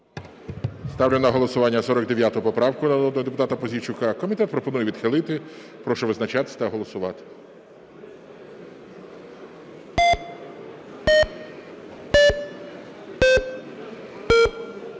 Ставлю на голосування 59 поправку народного депутата Пузійчука. Комітет пропонує відхилити. Прошу визначатись та голосувати.